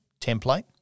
template